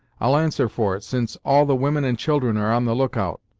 i'll answer for it, since all the women and children are on the look-out.